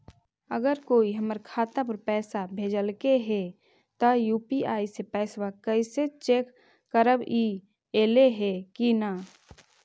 अगर कोइ हमर खाता पर पैसा भेजलके हे त यु.पी.आई से पैसबा कैसे चेक करबइ ऐले हे कि न?